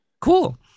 cool